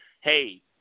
hey